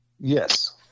Yes